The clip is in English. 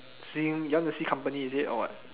seeing you want to see company is it or what